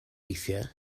weithiau